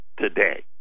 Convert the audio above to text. today